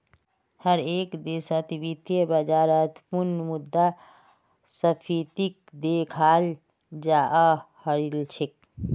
हर एक देशत वित्तीय बाजारत पुनः मुद्रा स्फीतीक देखाल जातअ राहिल छे